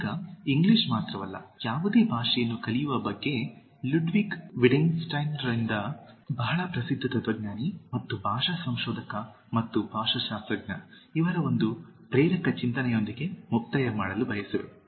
ಈಗ ಇಂಗ್ಲಿಷ್ ಮಾತ್ರವಲ್ಲ ಯಾವುದೇ ಭಾಷೆಯನ್ನು ಕಲಿಯುವ ಬಗ್ಗೆ ಲುಡ್ವಿಗ್ ವಿಟ್ಗೆನ್ಸ್ಟೈನ್ರಿಂದ ಬಹಳ ಪ್ರಸಿದ್ಧ ತತ್ವಜ್ಞಾನಿ ಮತ್ತು ಭಾಷಾ ಸಂಶೋಧಕ ಮತ್ತು ಭಾಷಾಶಾಸ್ತ್ರಜ್ಞ ಇವರ ಒಂದು ಪ್ರೇರಕ ಚಿಂತನೆಯೊಂದಿಗೆ ಮುಕ್ತಾಯ ಮಾಡಲು ಬಯಸುವೆ